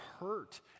hurt